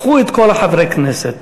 קחו את כל חברי הכנסת,